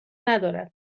ندارد